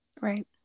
Right